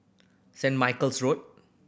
Saint Michael's Road